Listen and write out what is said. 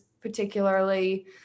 particularly